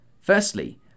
Firstly